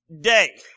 day